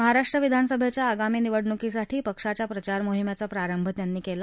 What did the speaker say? महाराष्ट्र विधानसभद्या आगामी निवडणुकीसाठी पक्षाच्या प्रचार मोहिमद्यी प्रारभ त्यांनी कली